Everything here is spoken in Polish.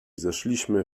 zeszliśmy